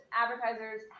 advertisers